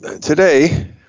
Today